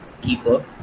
keeper